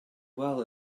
well